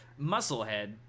musclehead